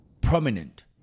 prominent